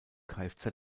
kfz